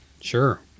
Sure